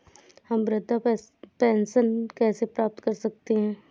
हम वृद्धावस्था पेंशन कैसे प्राप्त कर सकते हैं?